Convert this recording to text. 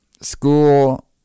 school